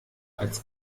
als